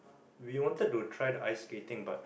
we wanted to try the ice skating but